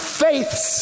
faiths